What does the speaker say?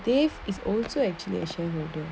dave is also actually a shareholder